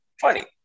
funny